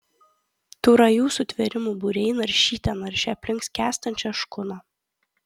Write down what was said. tų rajų sutvėrimų būriai naršyte naršė aplink skęstančią škuną